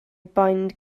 bind